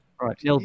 Right